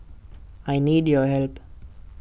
I need your help